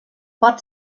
pot